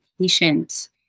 patient